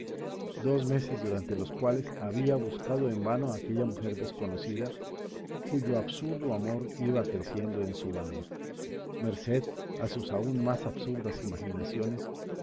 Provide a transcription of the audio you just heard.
dos meses durante los cuales había buscado en vano a aquella mujer desconocida cuyo absurdo amor iba creciendo en su alma merced a sus aún más absurdas imaginaciones